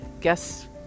guess